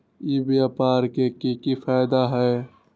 ई व्यापार के की की फायदा है?